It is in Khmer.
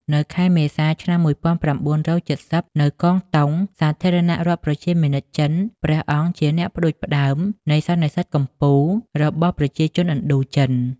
នៅខែមេសា ឆ្នាំ១៩៧០ នៅកង់តុង សាធារណរដ្ឋប្រជាមានិតចិន ព្រះអង្គជាអ្នកផ្តួច ផ្តើមនៃសន្និសីទកំពូលរបស់ប្រជាជនឥណ្ឌូចិន។